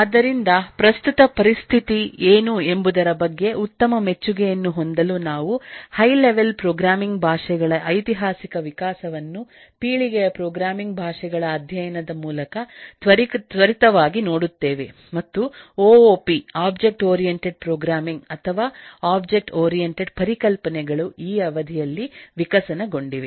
ಆದ್ದರಿಂದಪ್ರಸ್ತುತ ಪರಿಸ್ಥಿತಿ ಏನು ಎಂಬುದರ ಬಗ್ಗೆ ಉತ್ತಮ ಮೆಚ್ಚುಗೆಯನ್ನು ಹೊಂದಲು ನಾವುಹೈ ಲೆವೆಲ್ ಪ್ರೋಗ್ರಾಮಿಂಗ್ ಭಾಷೆಗಳ ಐತಿಹಾಸಿಕ ವಿಕಾಸವನ್ನು ಪೀಳಿಗೆಯ ಪ್ರೋಗ್ರಾಮಿಂಗ್ ಭಾಷೆಗಳ ಅಧ್ಯಯನದ ಮೂಲಕತ್ವರಿತವಾಗಿನೋಡುತ್ತೇವೆಮತ್ತು ಒಒಪಿ ಒಬ್ಜೆಕ್ಟ್ ಓರಿಯೆಂಟೆಡ್ ಪ್ರೋಗ್ರಾಮಿಂಗ್ ಅಥವಾ ಒಬ್ಜೆಕ್ಟ್ ಓರಿಯೆಂಟೆಡ್ ಪರಿಕಲ್ಪನೆಗಳು ಈ ಅವಧಿಯಲ್ಲಿ ವಿಕಸನಗೊಂಡಿವೆ